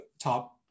top